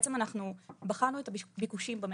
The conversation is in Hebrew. בעצם אנחנו בחנו את הביקושים במשק,